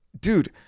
dude